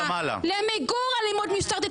למיגור אלימות משטרתית,